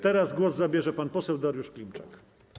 Teraz głos zabierze pan poseł Dariusz Klimczak.